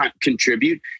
contribute